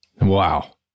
Wow